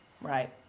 right